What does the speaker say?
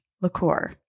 liqueur